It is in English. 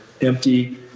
empty